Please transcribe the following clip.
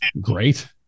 great